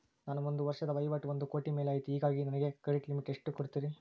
ನನ್ನ ಒಂದು ವರ್ಷದ ವಹಿವಾಟು ಒಂದು ಕೋಟಿ ಮೇಲೆ ಐತೆ ಹೇಗಾಗಿ ನನಗೆ ಕ್ರೆಡಿಟ್ ಲಿಮಿಟ್ ಎಷ್ಟು ಕೊಡ್ತೇರಿ?